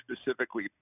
specifically